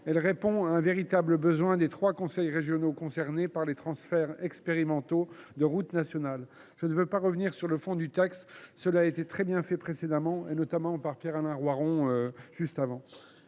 Elle répond à un véritable besoin des trois conseils régionaux concernés par les transferts expérimentaux de routes nationales. Je ne veux pas revenir sur le fond du texte, car mes collègues l’ont déjà très bien fait, notamment Pierre Alain Roiron.